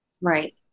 Right